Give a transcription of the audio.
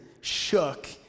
shook